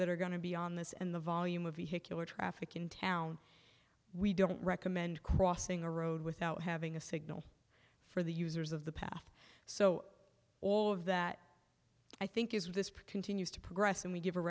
that are going to be on this and the volume of vehicular traffic in town we don't recommend crossing a road without having a signal for the users of the path so all of that i think is this continues to progress and we give a